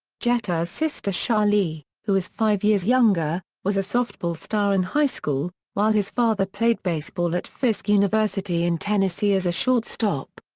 jeter's sister sharlee, who is five years younger, was a softball star in high school, while his father played baseball at fisk university in tennessee as a shortstop.